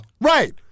Right